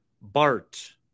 BART